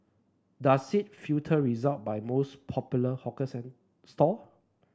does it filter result by most popular hawker stall